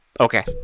okay